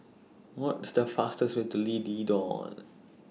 What's The fastest Way to D Leedon